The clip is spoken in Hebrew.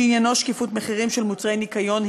שעניינו שקיפות מחירים של מוצרי ניקיון,